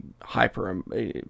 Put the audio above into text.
hyper